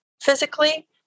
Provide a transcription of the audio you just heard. physically